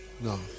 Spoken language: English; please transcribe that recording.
No